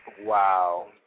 Wow